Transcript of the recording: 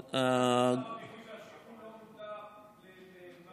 מחלת הסרטן היא גורם התמותה מס'